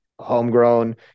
homegrown